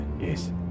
yes